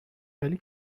ولی